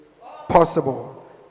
possible